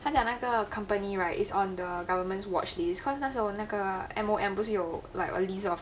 他讲那个 company right is on the governments watchlist cause 那时候那个 M_O_M 不是有 like a list of